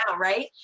right